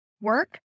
work